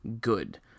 good